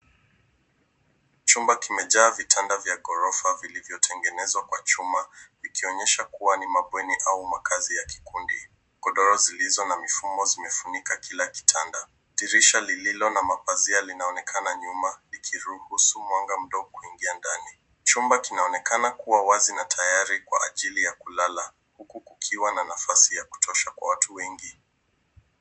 Chumba kimejaa vitanda vya ghorofa vilivyotengenezwa kwa chuma vikionyesha kuwa ni mabweni au makazi ya kikundi. Godoro zilizo na mifumo zimefunika kila kitanda. Dirisha lililo na mapazia linaoonekana nyuma likiruhusu mwanga mdogo kuingia ndani. Chumba kinaonekana kuwa wazi na tayari kwa ajili ya kulala huku kukiwa na nafasi ya kutosha kwa watu wengi.